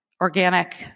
organic